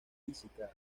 física